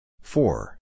four